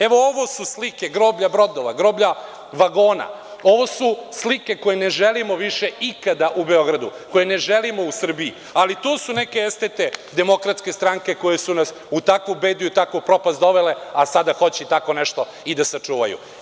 Evo ovo su slike, groblja brodova, groblja vagona, ovo su slike koje ne želimo više ikada u Beogradu, u Srbiji, ali to su neke estete, DS koje su nas u takvu bedu i u takvu propast dovele, a sada hoće tako nešto i da sačuvaju.